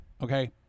Okay